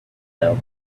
now